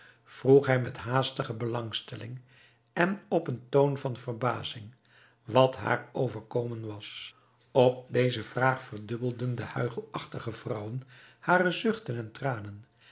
hij met haastige belangstelling en op een toon van verbazing wat haar overkomen was op deze vraag verdubbelden de huichelachtige vrouwen hare zuchten en tranen